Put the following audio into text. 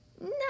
No